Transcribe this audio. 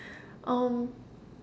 um